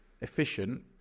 efficient